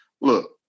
Look